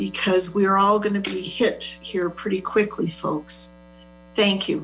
because we are all going to be hit here pretty quickly folks thank you